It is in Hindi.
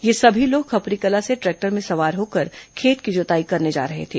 ये सभी लोग खपरी कला से ट्रैक्टर में सवार होकर खेत की जोताई करने जा रहे थे